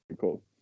cool